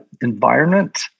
environment